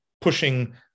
pushing